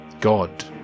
God